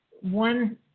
one